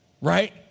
right